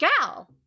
gal